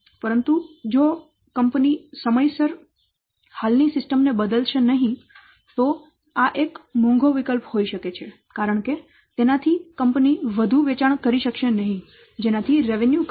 પરંતુ જો કંપની સમયસર હાલની સિસ્ટમ ને બદલશે નહીં તો આ એક મોંઘો વિકલ્પ હોઈ શકે છે કારણ કે તેનાથી કંપની વધુ વેચાણ કરી શકશે નહીં જેનાથી રેવન્યુ ઘટશે